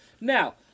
Now